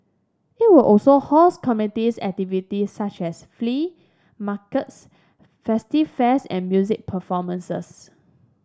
it will also host communities activities such as flea markets festive fairs and music performances